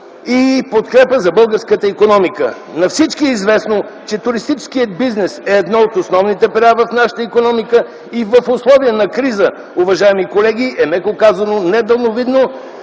и подкрепа за българската икономика. На всички е известно, че туристическият бизнес е едно от основните пера в нашата икономика и в условия на криза, уважаеми колеги, е меко казано недалновидно